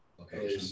Okay